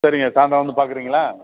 சரிங்க சாயந்தரம் வந்து பார்க்கறீங்களா